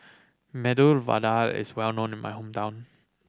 Medu Vada is well known in my hometown